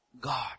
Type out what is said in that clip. God